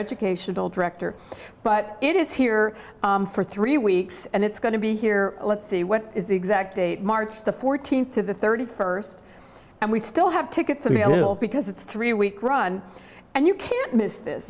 educational director but it is here for three weeks and it's going to be here let's see what is the exact date march the fourteenth to the thirty first and we still have tickets available because it's a three week run and you can't miss this